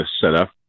setup